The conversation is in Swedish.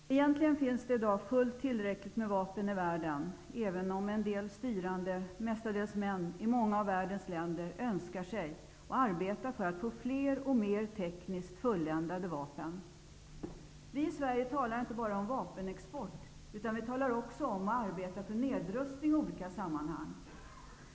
Herr talman! Egentligen finns det i dag fullt tillräckligt med vapen i världen, även om en del styrande, mestadels män, i många av världens länder önskar sig och arbetar för att få fler och mer tekniskt fulländade vapen. Vi i Sverige talar inte bara om vapenexport, utan vi talar också om och arbetar för nedrustning i olika sammanhang.